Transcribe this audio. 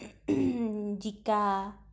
জিকা